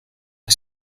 est